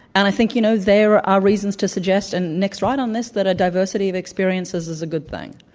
and i think, you know, there are reasons to suggest and nick's right on this that a diversity of experiences is a good thing.